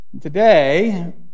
Today